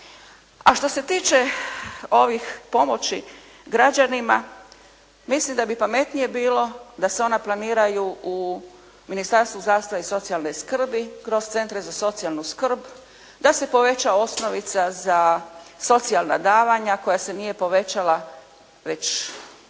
A što se tiče ovih pomoći građanima mislim da bi pametnije bilo da se ona planiraju u Ministarstvu zdravstva i socijalne skrbi kroz centre za socijalnu skrb, da se poveća osnovica za socijalna davanja koja se nije povećala već